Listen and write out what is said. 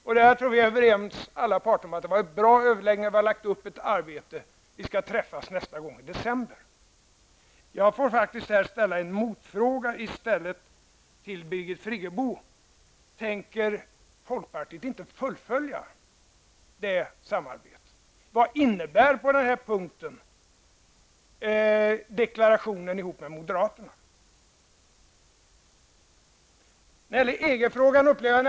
Och jag tror att alla parter är överens om att det har varit bra överläggningar. Vi har lagt upp ett arbete, och vi skall träffas nästa gång i december. Jag vill därför ställa en motfråga till Birgit Friggebo. Tänker folkpartiet inte fullfölja detta samarbete? Vad innebär på den här punkten deklarationen som folkpartiet har gjort tillsammans med moderaterna?